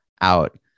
out